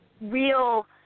real